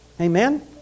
Amen